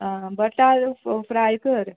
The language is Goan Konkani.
आं बटाट फ्राय कर